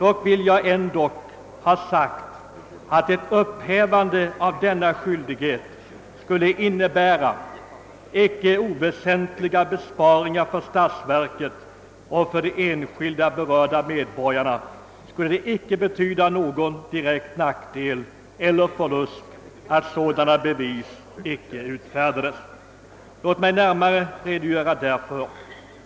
Jag vill dock ha sagt att ett upphävande av denna skyldighet skulle innebära icke oväsentliga besparingar för statsverket, och för enskilda berörda medborgare skulle det icke medföra någon direkt nackdel eller förlust att sådana bevis icke utfärdades. Låt mig närmare få redogöra härför.